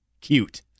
cute